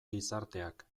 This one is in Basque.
gizarteak